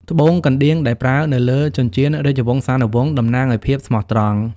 ត្បូងកណ្ដៀងដែលប្រើនៅលើចិញ្ចៀនរាជវង្សានុវង្សតំណាងឱ្យភាពស្មោះត្រង់។